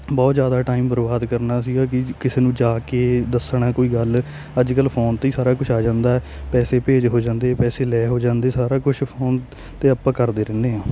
ਬਹੁਤ ਜ਼ਿਆਦਾ ਟਾਈਮ ਬਰਬਾਦ ਕਰਨਾ ਸੀਗਾ ਕਿ ਕਿਸੇ ਨੂੰ ਜਾ ਕੇ ਦੱਸਣਾ ਕੋਈ ਗੱਲ ਅੱਜ ਕੱਲ੍ਹ ਫੋਨ 'ਤੇ ਹੀ ਸਾਰਾ ਕੁਛ ਆ ਜਾਂਦਾ ਪੈਸੇ ਭੇਜ ਹੋ ਜਾਂਦੇ ਪੈਸੇ ਲੈ ਹੋ ਜਾਂਦੇ ਸਾਰਾ ਕੁਛ ਫੋਨ 'ਤੇ ਆਪਾਂ ਕਰਦੇ ਰਹਿੰਦੇ ਹਾਂ